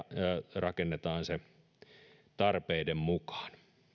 rakennetaan tarpeiden mukaan